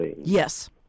yes